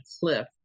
cliff